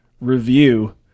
review